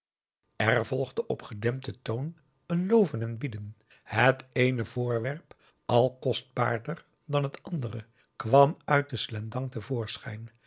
er volgde op gedempten toon een loven en bieden het eene voorwerp al kostbaarder dan het andere kwam uit den slendang